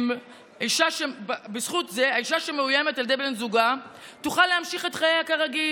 האישה שמאוימת על ידי בן זוגה תוכל להמשיך את חייה כרגיל.